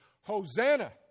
Hosanna